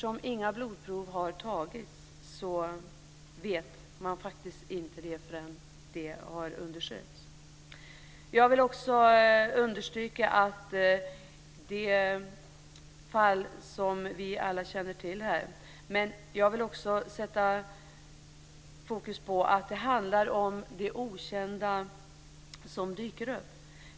Om inga blodprov har tagits, kan man inte vara säker på detta förrän det har undersökts. Jag vill understryka de fall som vi alla känner till här, men jag vill också sätta fokus på de okända barn som dyker upp.